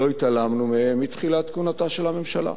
לא התעלמנו מהם מתחילת כהונתה של הממשלה.